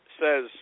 says